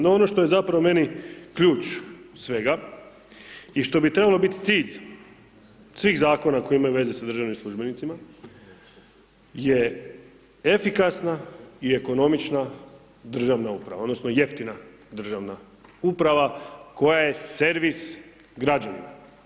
No ono što je zapravo meni ključ svega i što bi trebao biti cilj svih zakona koji imaju veze sa državnim službenicima je efikasna i ekonomična državna uprava odnosno jeftina državna uprava koja je servis građanima.